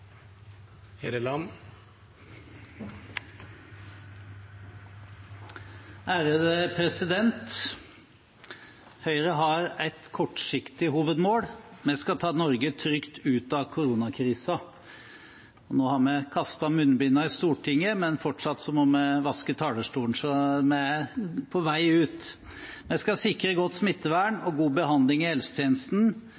skal ta Norge trygt ut av koronakrisen. Nå har vi kastet munnbindene i Stortinget. Fortsatt må vi vaske talerstolen, men vi er på vei ut. Vi skal sikre godt smittevern